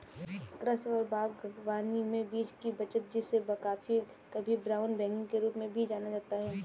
कृषि और बागवानी में बीज की बचत जिसे कभी कभी ब्राउन बैगिंग के रूप में जाना जाता है